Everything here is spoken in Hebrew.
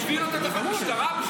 הביאו אותו לתחנת משטרה,